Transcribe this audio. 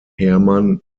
hermann